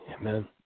Amen